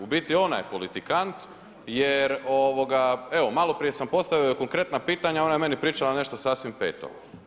U biti ona je politikant jer ovoga, evo maloprije sam postavio konkretna pitanja ona je meni pričala nešto sasvim peto.